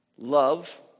Love